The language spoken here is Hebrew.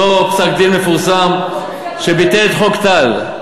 באותו פסק-דין מפורסם שביטל את חוק טל.